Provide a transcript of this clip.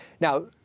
Now